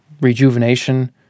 rejuvenation